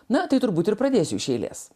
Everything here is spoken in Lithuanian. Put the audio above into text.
na tai turbūt ir pradėsiu iš eilės